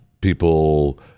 people